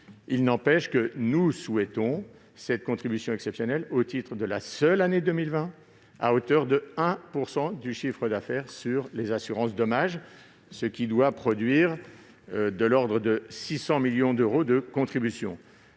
Il n'empêche que nous souhaitons voir mise en place cette contribution exceptionnelle, au titre de la seule année 2020, à hauteur de 1 % du chiffre d'affaires sur les assurances dommages, ce qui doit produire de l'ordre de 600 millions d'euros. Quand